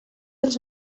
els